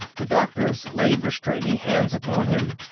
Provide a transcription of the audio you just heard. the doctors laid restraining hands upon him,